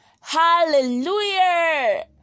Hallelujah